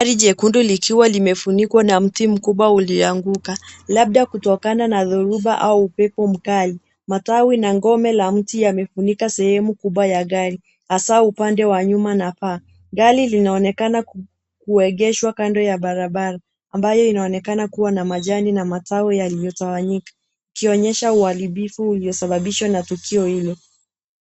Gari jekundu likiwa limefunikwa na mti mkubwa ulioanguka, labda kutokana na dhoruba au upepo mkali. Matawi na ngome la mti yamefunika sehemu kubwa ya gari, hasa upande wa nyuma na paa. Gari linaonekana kuegeshwa kando ya barabara, ambayo inaonekana kuwa majani na matawi yaliotawanyika, ikionyesha uharibifu uliosababishwa na tukio hilo